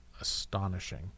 astonishing